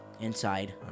inside